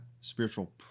spiritual